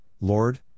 Lord